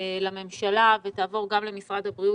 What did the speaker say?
לממשלה ותעבור גם למשרד הבריאות.